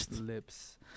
lips